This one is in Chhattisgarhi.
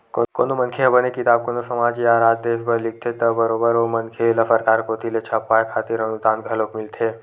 कोनो मनखे ह बने किताब कोनो समाज या राज देस बर लिखथे त बरोबर ओ मनखे ल सरकार कोती ले छपवाय खातिर अनुदान घलोक मिलथे